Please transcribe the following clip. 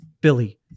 Billy